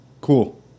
Cool